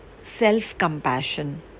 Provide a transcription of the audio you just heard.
self-compassion